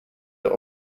der